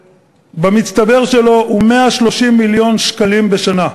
שבמצטבר שלו הוא 130 מיליון שקלים בשנה,